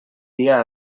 dia